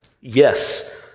Yes